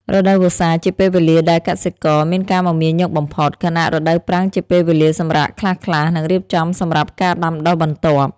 រដូវវស្សាជាពេលវេលាដែលកសិករមានការមមាញឹកបំផុត ខណៈរដូវប្រាំងជាពេលវេលាសម្រាកខ្លះៗ និងរៀបចំសម្រាប់ការដាំដុះបន្ទាប់។